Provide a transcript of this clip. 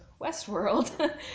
Westworld